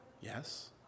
Yes